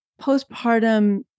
postpartum